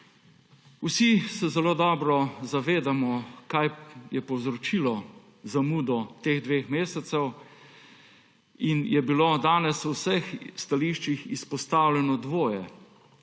Vsi se zelo dobro zavedamo, kaj je povzročilo zamudo teh dveh mesecev. Danes je bilo v vseh stališčih izpostavljeno dvoje.